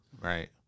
right